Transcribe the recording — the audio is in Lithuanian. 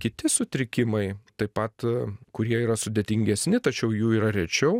kiti sutrikimai taip pat kurie yra sudėtingesni tačiau jų yra rečiau